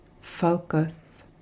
Focus